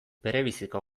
berebiziko